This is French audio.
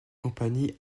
compagnies